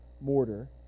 mortar